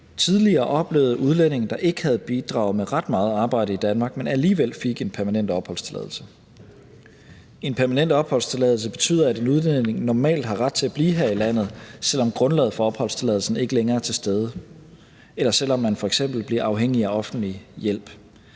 tidligere oplevede, at udlændinge, der ikke havde bidraget med ret meget arbejde i Danmark, alligevel fik en permanent opholdstilladelse. En permanent opholdstilladelse betyder, at en udlænding normalt har ret til at blive her i landet, selv om grundlaget for opholdstilladelsen ikke længere er til stede, eller selv om man f.eks. bliver afhængig af offentlig hjælp.